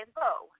low